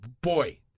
boy